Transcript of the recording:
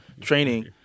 Training